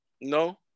No